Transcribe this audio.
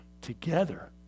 together